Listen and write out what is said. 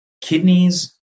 kidneys